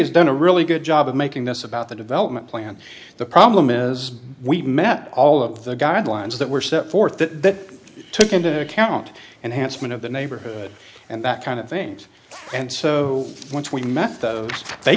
has done a really good job of making this about the development plan the problem is we met all of the guidelines that were set forth that took into account and hansen of the neighborhood and that kind of things and so once we met those they